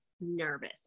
nervous